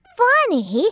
funny